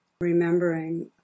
remembering